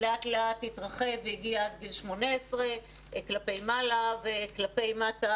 לאט לאט התרחב והגיע עד גיל 18 כלפי מעלה וכלפי מטה